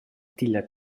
tilla